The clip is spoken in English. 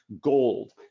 gold